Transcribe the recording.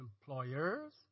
employers